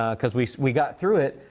ah cause we we got through it.